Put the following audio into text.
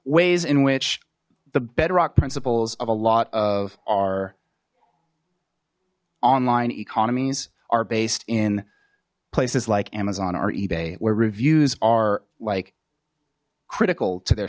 ways in which the bedrock principles of a lot of our online economies are based in places like amazon or ebay where reviews are like critical to their